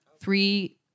Three